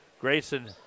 Grayson